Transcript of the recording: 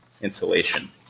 insulation